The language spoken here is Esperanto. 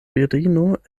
virino